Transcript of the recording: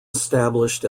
established